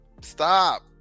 stop